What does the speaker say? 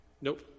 Nope